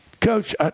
Coach